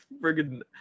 Friggin